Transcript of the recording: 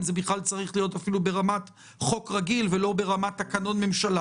אם זה בכלל צריך להיות אפילו ברמת חוק רגיל ולא ברמת תקנון ממשלה